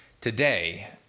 Today